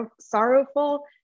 sorrowful